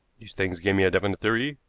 these things gave me a definite theory.